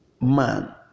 man